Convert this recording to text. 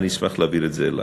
אני אשמח להעביר את זה אליך.